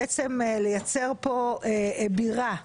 לייצר פה בירה פלסטינית,